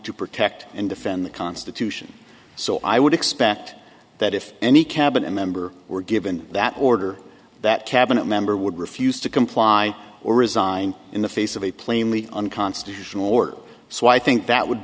to protect and defend the constitution so i would expect that if any cabinet member were given that order that cabinet member would refuse to comply or resign in the face of a plainly unconstitutional war so i think that would